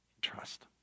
Trust